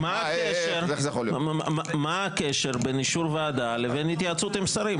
מה הקשר בין אישור ועדה לבין התייעצות עם שרים?